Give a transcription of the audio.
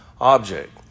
object